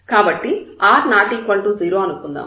కాబట్టి r ≠ 0 అనుకుందాం